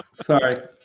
Sorry